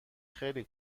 خیلی